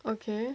okay